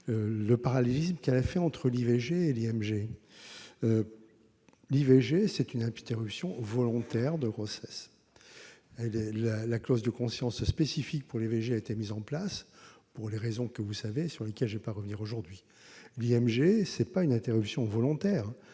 -le parallélisme qu'elle a fait entre l'IVG et l'IMG. L'IVG, c'est une interruption « volontaire » de grossesse. La clause de conscience spécifique pour l'IVG a été mise en place pour les raisons que vous connaissez et sur lesquelles je ne vais pas revenir. L'IMG, c'est une interruption non